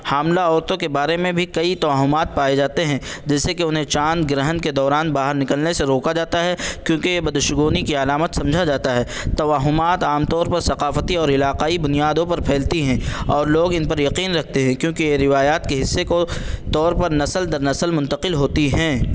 حاملہ عورتوں کے بارے میں بھی کئی توہمات پائے جاتے ہیں جیسے کہ انہیں چاند گرہن کے دوران باہر نکلنے سے روکا جاتا ہے کیونکہ یہ بدشگونی کی علامت سمجھا جاتا ہے توہمات عام طور پر ثقافتی اور علاقائی بنیادوں پر پھیلتی ہیں اور لوگ ان پر یقین رکھتے ہیں کیونکہ یہ روایات کے حصے کو طور پر نسل در نسل منتقل ہوتی ہیں